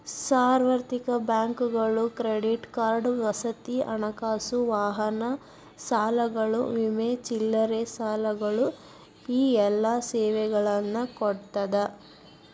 ಸಾರ್ವತ್ರಿಕ ಬ್ಯಾಂಕುಗಳು credit card ವಸತಿ ಹಣಕಾಸು ವಾಹನ ಸಾಲಗಳು ವಿಮೆ ಚಿಲ್ಲರೆ ಸಾಲಗಳು ಈ ಎಲ್ಲಾ ಸೇವೆಗಳನ್ನ ಕೊಡ್ತಾದ